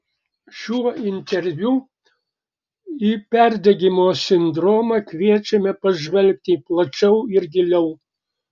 šiuo interviu į perdegimo sindromą kviečiame pažvelgti plačiau ir giliau